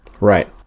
Right